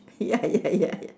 ya ya ya ya